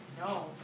No